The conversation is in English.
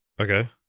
Okay